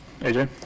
AJ